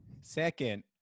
Second